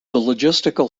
logistical